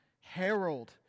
herald